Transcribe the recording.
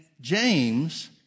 James